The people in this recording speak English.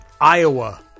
Iowa